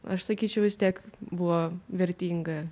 aš sakyčiau vis tiek buvo vertinga